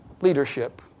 leadership